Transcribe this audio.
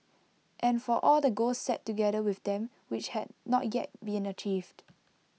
and for all the goals set together with them which had not yet been achieved